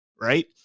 right